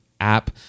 app